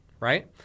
right